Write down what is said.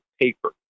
paper